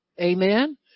Amen